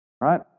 Right